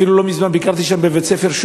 אפילו לא מזמן ביקרתי שם בבית-ספר,